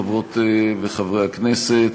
חברות וחברי הכנסת,